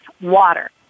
water